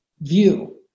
view